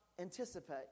anticipate